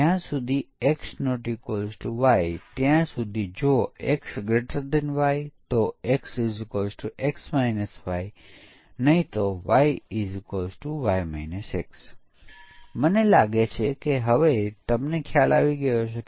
આપણું યુનિટ અહીં એક ફંકશન છે ફંકશનનું નામ check equal છે જે પરિમાણો તરીકે 2 પૂર્ણાંકો લે છે અને પછી જો તે બરાબર ન હોય તો શૂન્ય વળતર આપે છે અને બરાબર હોય તો તે 1 આપે છે